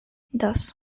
dos